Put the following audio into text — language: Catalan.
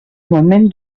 moment